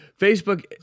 Facebook